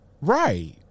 Right